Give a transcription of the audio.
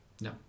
No